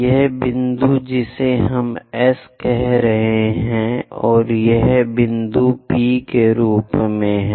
यह बिंदु जिसे हम S कह रहे हैं और यह बिंदु P के रूप में है